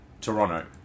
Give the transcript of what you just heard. Toronto